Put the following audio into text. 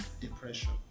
depression